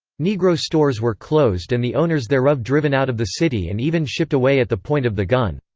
negro stores were closed and the owners thereof driven out of the city and even shipped away at the point of the gun.